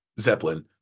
Zeppelin